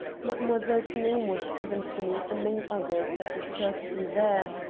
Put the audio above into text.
mademoiselle's name was given to me among others at the cirque d'hiver,